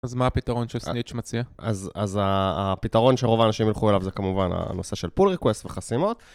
אז מה הפתרון שסניץ' מציע? אז הפתרון שרוב האנשים ילכו אליו זה כמובן הנושא של פול ריקווסט וחסימות.